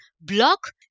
block